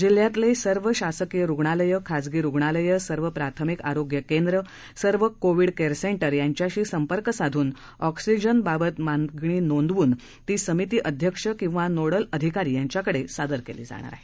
जिल्ह्यातले सर्व शासकीय रुग्णालयं खाजगी रुग्णालये सर्व प्राथमिक आरोग्य केंद्र सर्व कोविड केअर सेंटर यांच्याशी संपर्क साधून ऑक्सीजनबाबत मागणी नोंदवून ती समिती अध्यक्ष तथा नोडल अधिकारी यांचेकडे सादर केली जाईल